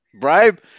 Bribe